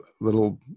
little